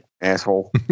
asshole